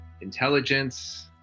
intelligence